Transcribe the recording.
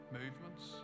movements